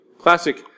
classic